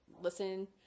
listen